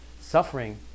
suffering